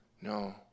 No